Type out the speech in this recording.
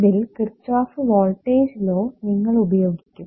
ഇതിൽ Kirchhoff voltage law നിങ്ങൾ ഉപയോഗിക്കും